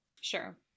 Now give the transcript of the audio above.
Sure